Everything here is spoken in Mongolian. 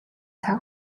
цаг